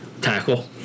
Tackle